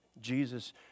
Jesus